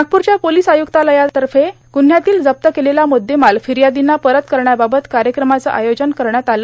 नागपूरच्या पोलीस आय्रक्तालयातर्फे गुन्ह्यातील जप्त केलेला मुद्देमाल फिर्यादींना परत करण्याबाबत कार्यक्रमाचं आयोजन करण्यात आलं